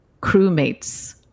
crewmates